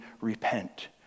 repent